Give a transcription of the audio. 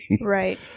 right